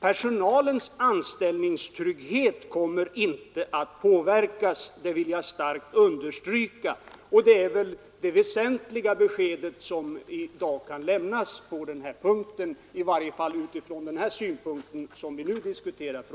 Personalens anställningstrygghet kommer inte att påverkas — det vill jag starkt understryka. Det är väl det väsentliga besked som i dag kan lämnas, i varje fall utifrån den synpunkt på frågan som vi nu diskuterar.